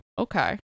Okay